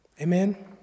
Amen